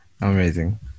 Amazing